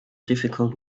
difficult